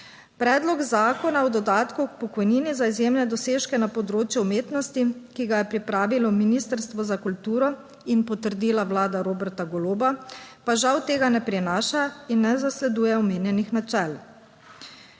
Predlog zakona o dodatku k pokojnini za izjemne dosežke na področju umetnosti, ki ga je pripravilo Ministrstvo za kulturo in potrdila Vlada Roberta Goloba, pa žal tega ne prinaša in ne zasleduje omenjenih načel.